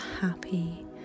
happy